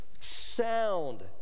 sound